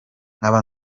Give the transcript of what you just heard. nkaba